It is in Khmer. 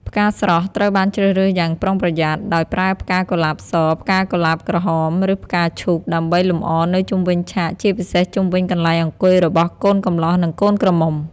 ផ្កាស្រស់ត្រូវបានជ្រើសរើសយ៉ាងប្រុងប្រយ័ត្ន ដោយប្រើផ្កាកុលាបស ផ្កាកុលាបក្រហម ឬផ្កាឈូក ដើម្បីលម្អនៅជុំវិញឆាកជាពិសេសជុំវិញកន្លែងអង្គុយរបស់កូនកំលោះនិងកូនក្រមុំ។